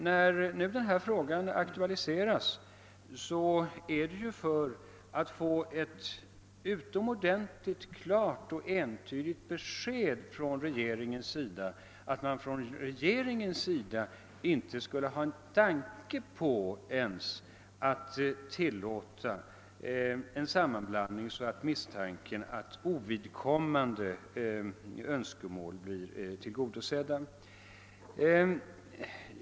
Dagens fråga har aktualiserats just för att man skulle få ett utomordentligt klart och entydigt besked från regeringen om att denna inte skulle ha ens en tanke på att tillåta en sådan sammanblandning att ovidkommande önskemål kunde misstänkas bli tillgodosedda.